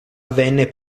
avvenne